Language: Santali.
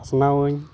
ᱯᱟᱥᱱᱟᱣᱟᱹᱧ